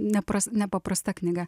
nepras nepaprasta knyga